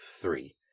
three